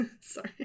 sorry